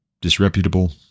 disreputable